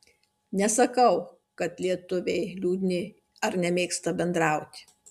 nesakau kad lietuviai liūdni ar nemėgsta bendrauti